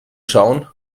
schauen